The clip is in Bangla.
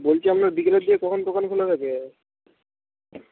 বলছি আপনার বিকেলের দিকে কখন দোকান খোলা থাকে